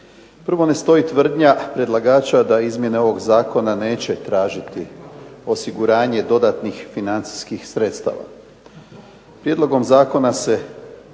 Prvo, ne stoji tvrdnja predlagača da izmjene ovog zakona neće tražiti osiguranje dodatnih financijskih sredstava. Prijedlogom zakona se